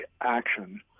action